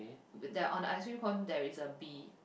that on the ice cream cone there is a bee